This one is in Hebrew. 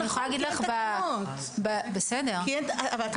אני יכולה להגיד ----- -כי אין --- לתקנות.